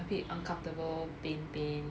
a bit uncomfortable pain pain